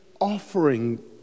offering